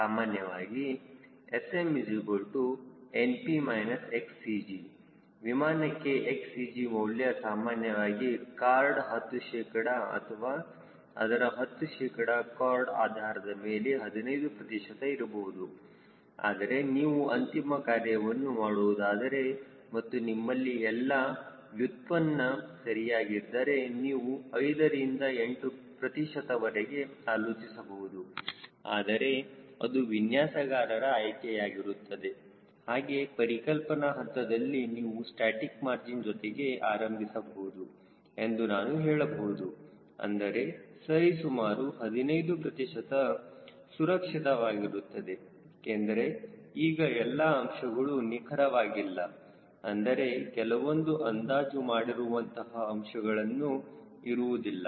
ಸಾಮಾನ್ಯವಾಗಿ SMNp XCG ವಿಮಾನಕ್ಕೆ Xcg ಮೌಲ್ಯ ಸಾಮಾನ್ಯವಾಗಿ ಖಾರ್ಡ್ 10 ಶೇಕಡ ಅಥವಾ ಅದರ 10 ಶೇಕಡ ಖಾರ್ಡ್ ಆಧಾರದ ಮೇಲೆ 15 ಪ್ರತಿಶತ ಇರಬಹುದು ಆದರೆ ನೀವು ಅಂತಿಮ ಕಾರ್ಯವನ್ನು ಮಾಡುವುದಾದರೆ ಮತ್ತು ನಿಮ್ಮಲ್ಲಿ ಎಲ್ಲಾ ವ್ಯುತ್ಪನ್ನ ಸರಿಯಾಗಿದ್ದರೆ ನೀವು 5 ರಿಂದ 8 ಪ್ರತಿಶತ ವರೆಗೆ ಆಲೋಚಿಸಬಹುದು ಆದರೆ ಅದು ವಿನ್ಯಾಸಗಾರರ ಆಯ್ಕೆಯಾಗಿರುತ್ತದೆ ಹಾಗೆ ಪರಿಕಲ್ಪನ ಹಂತದಲ್ಲಿ ನೀವು ಸ್ಟಾಸ್ಟಿಕ್ ಮಾರ್ಜಿನ್ ಜೊತೆಗೆ ಆರಂಭಿಸಬಹುದು ಎಂದು ನಾನು ಹೇಳಬಹುದು ಅಂದರೆ ಸರಿಸುಮಾರು 15 ಪ್ರತಿಶತ ಸುರಕ್ಷಿತವಾಗಿರುತ್ತದೆ ಏಕೆಂದರೆ ಈಗ ಎಲ್ಲಾ ಅಂಶಗಳು ನಿಖರವಾಗಿಲ್ಲ ಅಂದರೆ ಕೆಲವೊಂದು ಅಂದಾಜು ಮಾಡಿರುವಂತಹ ಅಂಶಗಳನ್ನು ಇರುವುದಿಲ್ಲ